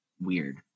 weird